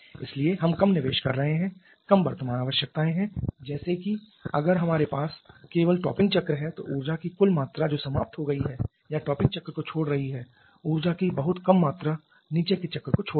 इसलिए हम कम निवेश कर रहे हैं कम वर्तमान आवश्यकताएं हैं जैसे कि अगर हमारे पास केवल टॉपिंग चक्र है तो ऊर्जा की कुल मात्रा जो समाप्त हो गई है या टॉपिंग चक्र को छोड़ रही है ऊर्जा की बहुत कम मात्रा नीचे के चक्र को छोड़ देगी